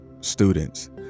students